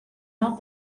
not